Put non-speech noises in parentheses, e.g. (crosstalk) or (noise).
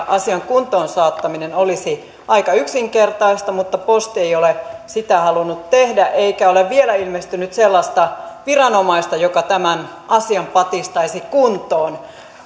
(unintelligible) asian kuntoon saattaminen olisi aika yksinkertaista mutta posti ei ole sitä halunnut tehdä eikä ole vielä ilmestynyt sellaista viranomaista joka tämän asian patistaisi kuntoon